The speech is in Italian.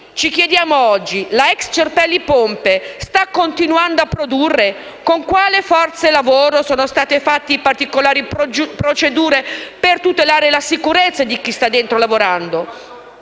Ci chiediamo oggi: la ex Cerpelli Pompe sta continuando a produrre? Con quali forze lavoro? Sono state fatte particolari procedure per tutelare la sicurezza di chi sta lavorando